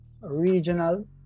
regional